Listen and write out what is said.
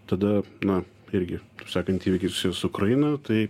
tada na irgi taip sakant įvykiai susiję su ukraina tai